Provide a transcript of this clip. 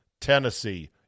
Tennessee